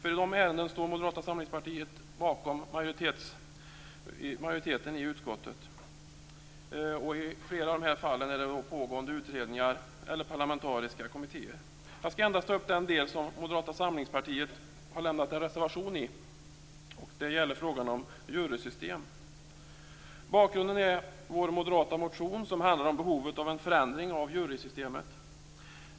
I de ärendena står Moderata samlingspartiet bakom majoriteten i utskottet. I flera av dessa fall finns det pågående utredningar eller parlamentariska kommittéer. Jag skall endast ta upp den del som Moderata samlingspartiet har lämnat en reservation om. Det gäller frågan om jurysystem. Bakgrunden är vår moderata motion, som handlar om behovet av en förändring av jurysystemet.